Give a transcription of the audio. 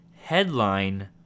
headline